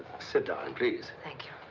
sit down, please. thank you.